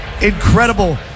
incredible